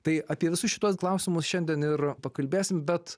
tai apie visus šituos klausimus šiandien ir pakalbėsim bet